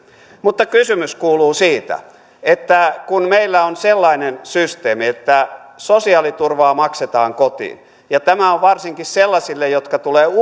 kysymys kuuluu että kun meillä on sellainen systeemi että sosiaaliturvaa maksetaan kotiin ja tämä on varsinkin sellaisille jotka tulevat